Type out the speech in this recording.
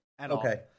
Okay